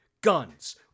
guns